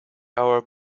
our